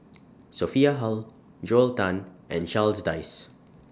Sophia Hull Joel Tan and Charles Dyce